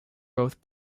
both